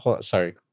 Sorry